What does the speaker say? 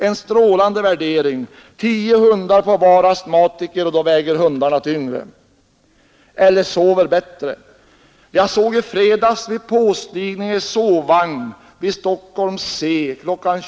En strålande värdering — tio hundar på var astmatiker och då väger hundarna tyngre! Eller sover bättre! Jag såg i fredags vid påstigning i sovvagn vid Stockholms C kl.